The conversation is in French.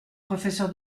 professeur